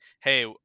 hey